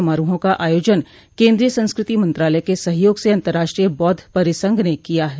समारोहों का आयोजन केंद्रीय संस्कृति मंत्रालय के सहयोग से अंतर्राष्ट्रीय बौद्ध परिसंघ ने किया है